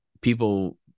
people